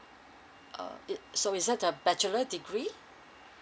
uh it so is that the bachelor degree